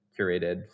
curated